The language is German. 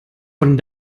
von